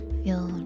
feel